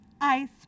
Ice